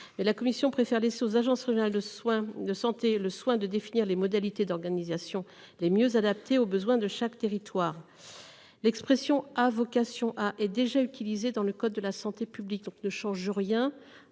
La commission préfère laisser aux agences régionales de santé le soin de définir les modalités d'organisation les mieux adaptées aux besoins de chaque territoire. L'expression « a vocation à » est déjà utilisée dans le code de la santé publique. Elle ne modifie en